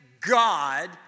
God